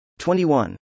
21